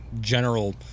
general